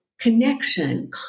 Connection